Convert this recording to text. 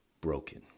Broken